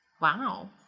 Wow